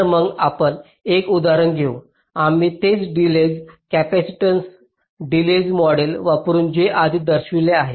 तर मग आपण एक उदाहरण घेऊ आम्ही तेच डिलेज कॅपेसिटन्स डिलेज मॉडेल वापरू जे आधी दर्शविलेले आहे